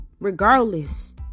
regardless